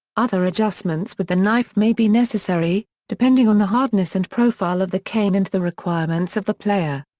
other adjustments with the knife may be necessary, depending on the hardness and profile of the cane and the requirements of the player.